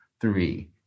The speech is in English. three